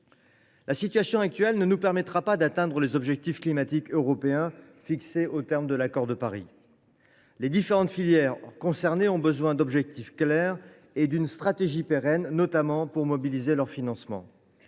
La situation actuelle ne nous permettra pas d’atteindre les objectifs climatiques européens fixés dans l’accord de Paris. Les différentes filières concernées ont besoin d’objectifs clairs et d’une stratégie pérenne, notamment pour mobiliser leurs financements.